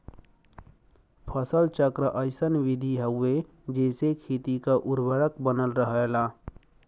फसल चक्र अइसन विधि हउवे जेसे खेती क उर्वरक बनल रहला